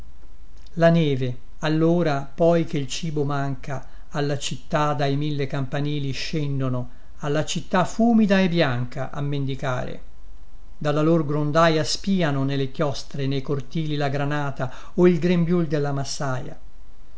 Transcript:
la neve allora poi che il cibo manca alla città dai mille campanili scendono alla città fumida e bianca a mendicare dalla lor grondaia spiano nelle chiostre e nei cortili la granata o il grembiul della massaia